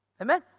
Amen